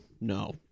no